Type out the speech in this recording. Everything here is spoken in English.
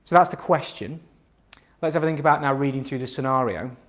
that's the question let's have a think about now reading through the scenario.